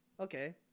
okay